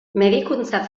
medikuntza